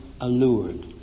allured